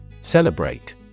Celebrate